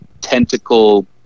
tentacle